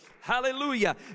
Hallelujah